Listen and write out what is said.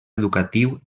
educatiu